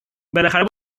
بالاخره